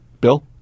Bill